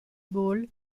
bull